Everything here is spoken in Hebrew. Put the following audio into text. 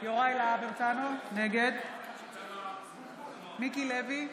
יוראי להב הרצנו, נגד מיקי לוי,